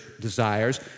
desires